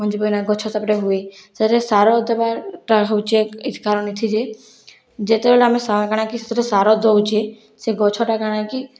ମଞ୍ଜି ପକେଇନା ଗଛ ତାପରେ ହୁଏ ସେଥିରେ ସାର ଦେବାର୍ ଟା ହେଉଛେ କାରଣ ଏଥିରେ ଯେତେବେଳେ ଆମେ ସାର କା'ଣାକି ସେଥିରେ ସାର ଦେଉଛେ ସେ ଗଛଟା କା'ଣା କି